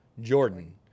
Jordan